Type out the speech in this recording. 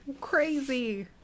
Crazy